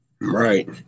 Right